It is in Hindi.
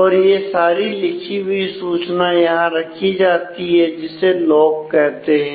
और यह सारी लिखी हुई सूचना यहां रखी जाती है जिसे लोग कहते हैं